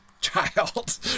child